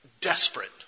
desperate